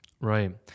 Right